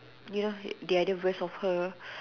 you know the other verse of her